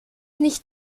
nicht